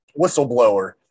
Whistleblower